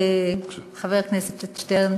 חבר הכנסת שטרן